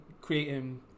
creating